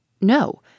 No